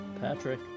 Patrick